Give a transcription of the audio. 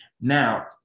Now